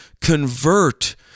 convert